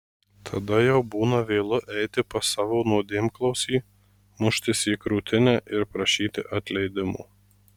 tada jau būna vėlu eiti pas savo nuodėmklausį muštis į krūtinę ir prašyti atleidimo